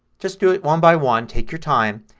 just do it one by one. take your time.